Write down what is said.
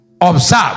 Observe